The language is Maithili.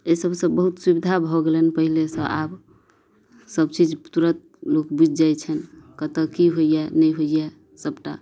एहि सबसँ बहुत सुविधा भऽ गेलनि पहिलेसँ आब सब चीज तुरत लोक बुझि जाइ छनि कतऽ की होइया नहि होइया सबटा